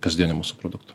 kasdieniu mūsų produktu